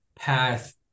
path